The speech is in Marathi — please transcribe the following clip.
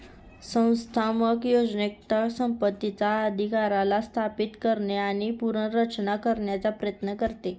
संस्थात्मक उद्योजकता संपत्तीचा अधिकाराला स्थापित करणे आणि पुनर्रचना करण्याचा प्रयत्न करते